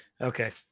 Okay